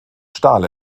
stahl